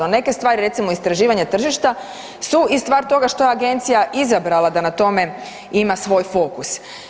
Neke stvari recimo istraživanje tržišta su i stvar toga što je agencija izabrala da na tome ima svoj fokus.